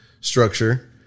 structure